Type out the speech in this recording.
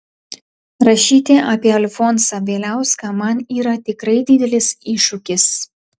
rašyti apie alfonsą bieliauską man yra tikrai didelis iššūkis